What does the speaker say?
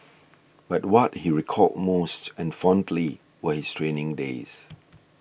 but what he recalled most and fondly were his training days